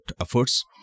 efforts